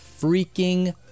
freaking